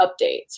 updates